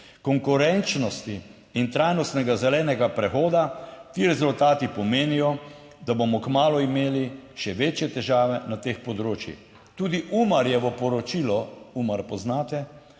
konkurenčnosti in trajnostnega zelenega prehoda, ti rezultati pomenijo, da bomo kmalu imeli še večje težave na teh področjih. Tudi Umarjevo poročilo, UMAR poznate,